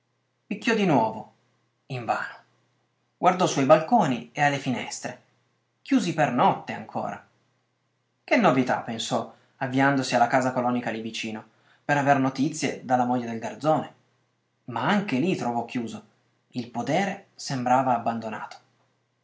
picchiò di nuovo invano guardò su ai balconi e alle finestre chiusi per notte ancora che novità pensò avviandosi alla casa colonica lì vicino per aver notizie dalla moglie del garzone ma anche lì trovò chiuso il podere pareva abbandonato